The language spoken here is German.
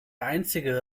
einzige